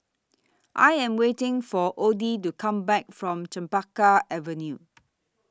I Am waiting For Oddie to Come Back from Chempaka Avenue